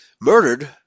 murdered